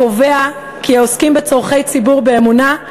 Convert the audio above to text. הקובע כי "העוסקים בצורכי ציבור באמונה,